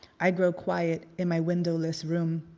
i grow quiet in my windowless room.